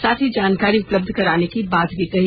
साथ ही जानकारी उपलब्ध कराने की बात भी कही